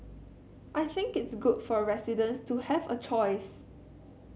I think it's good for residents to have a choice